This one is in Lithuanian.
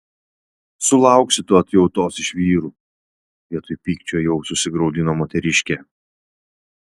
sulauksi tu atjautos iš vyrų vietoj pykčio jau susigraudino moteriškė